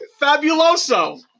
Fabuloso